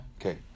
Okay